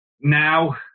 Now